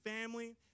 family